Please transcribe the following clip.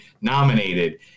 nominated